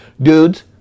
Dudes